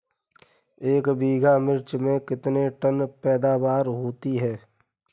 एक बीघा मिर्च में कितने टन पैदावार होती है?